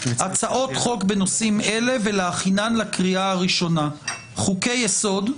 הצעות חוק בנושאים אלה ולהכינן לקריאה הראשונה: חוקי יסוד,